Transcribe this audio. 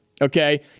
Okay